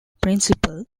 principal